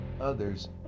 others